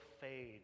fade